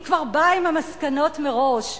היא באה עם המסקנות כבר מראש.